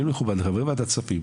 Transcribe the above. יהיו דיונים בוועדת כספים,